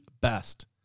best